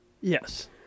Yes